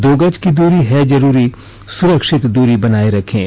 दो गज की दूरी है जरूरी सुरक्षित दूरी बनाए रखें